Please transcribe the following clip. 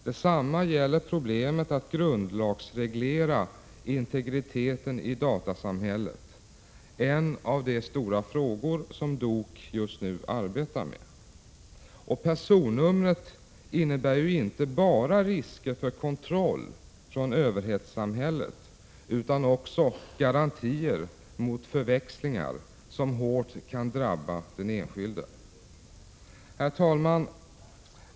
Det samma gäller problemet att grundlagsreglera integriteten i datasamhället — en av de stora frågor som DOK just nu arbetar med. Och personnumret innebär ju inte bara risker för kontroll från överhetssamhället utan också garantier mot förväxlingar som hårt kan drabba den enskilde. Herr talman!